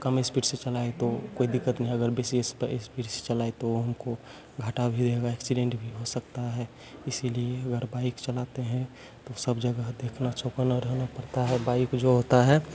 कम speed से चलाएँ तो कोई दिक्कत नहीं अगर विशेष पर इस्पीड से चलाए तो हमको घाटा भी जाएगा एक्सीडेंट भी हो सकता है इसीलिए अगर बाइक चलाते हैं तो सब जगह देखना चौकन्ना रहना पड़ता है बाइक जो होता है